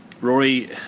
Rory